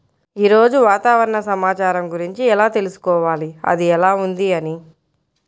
ఈరోజు వాతావరణ సమాచారం గురించి ఎలా తెలుసుకోవాలి అది ఎలా ఉంది అని?